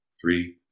Three